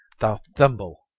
thou thimble,